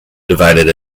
divided